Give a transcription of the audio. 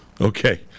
Okay